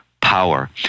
power